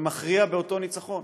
ומכריע באותו ניצחון.